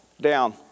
down